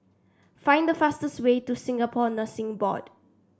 find the fastest way to Singapore Nursing Board